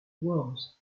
worms